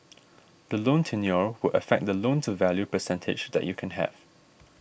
the loan tenure will affect the loan to value percentage that you can have